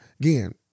Again